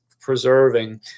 preserving